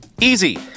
Easy